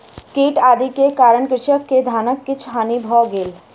कीट आदि के कारण कृषक के धानक किछ हानि भ गेल